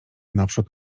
naprzód